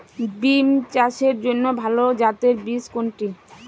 বিম চাষের জন্য ভালো জাতের বীজ কোনটি?